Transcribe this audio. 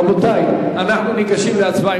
רבותי, אנחנו ניגשים להצבעה.